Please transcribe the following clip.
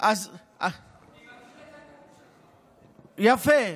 אני מכיר את זה, יפה.